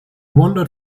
wandered